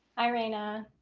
hi, raina.